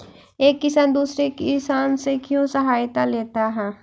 एक किसान दूसरे किसान से क्यों सहायता लेता है?